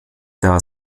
der